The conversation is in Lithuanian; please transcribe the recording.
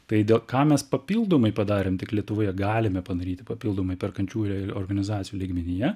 tai ką mes papildomai padarėm tik lietuvoje galim padaryti papildomai perkančiųjų organizacijų lygmenyje